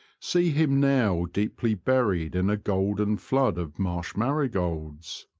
see him now deeply buried in a golden flood of marsh marigolds!